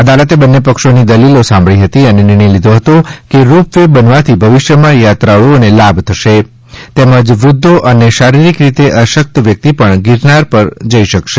અદાલતે બંને પક્ષોની દલીલો સાંભળી હતી અને નિર્ણય લીધો હતો કે રોપ વે બનવાથી ભવિષ્યમાં યાત્રાળુઓને લાભ થશે તેમજ વૃધ્ધો અને શારીરીક રીતે અશકત વ્યકતિ પણ ગિરનાર પર જઇ શકેશ